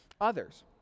others